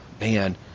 man